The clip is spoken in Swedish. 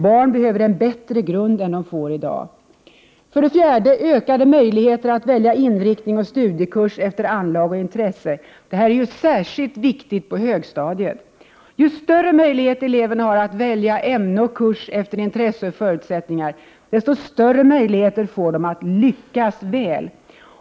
Barn behöver en bättre grund än de får i dag. 4. Ökade möjligheter för eleverna att välja inriktning och studiekurs efter anlag och intresse. Detta är särskilt viktigt på högstadiet. Ju större möjlighet eleverna har att välja ämne och kurs efter intresse och förutsättningar, desto större möjligheter får de att lyckas väl.